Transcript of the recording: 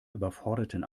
überforderten